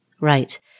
Right